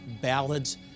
ballads